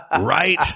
Right